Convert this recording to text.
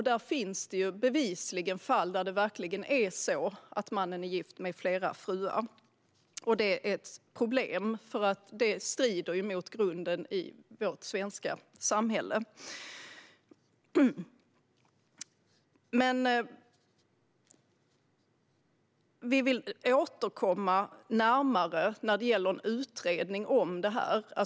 Det finns bevisligen fall där det verkligen är så att mannen är gift med flera kvinnor. Det är ett problem, för det strider mot grunden i vårt svenska samhälle. Vi vill återkomma närmare när det gäller en utredning om det här.